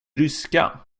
ryska